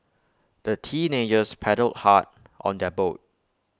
the teenagers paddled hard on their boat